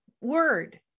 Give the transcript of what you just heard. word